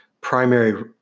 primary